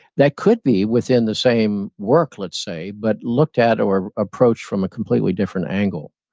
that could be within the same work, let's say, but looked at or approached from a completely different angle,